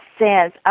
says